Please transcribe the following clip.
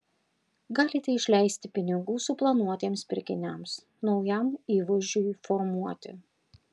galite išleisti pinigų suplanuotiems pirkiniams naujam įvaizdžiui formuoti